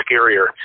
scarier